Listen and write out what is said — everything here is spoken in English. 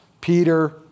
Peter